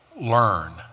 learn